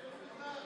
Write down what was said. בבקשה.